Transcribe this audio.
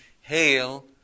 hail